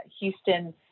Houston